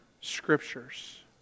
Scriptures